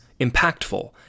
impactful